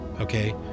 Okay